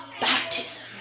baptism